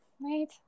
Right